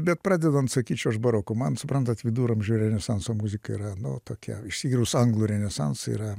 bet pradedant sakyčiau aš baroku man suprantat viduramžių renesanso muzika yra na tokia išskyrus anglų renesansą yra